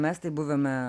mes tai buvome